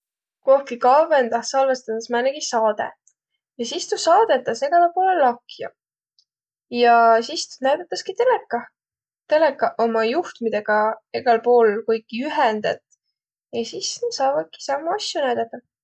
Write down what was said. Kohki kavvõndah salvõstõdas määnegi saadõ ja sis tuu saadõtas egäle pool lakja. Ja sis näüdätäski telekah. Telekaq ommaq juhtmidõgaq egäl puul kuiki ühendet ja sis na saavaki sammu asju näüdädäq.